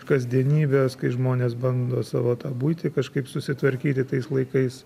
kasdienybės kai žmonės bando savo tą buitį kažkaip susitvarkyti tais laikais